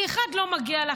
כי 1. לא מגיע לך,